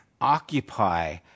occupy